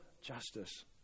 justice